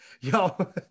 Yo